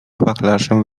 wachlarzem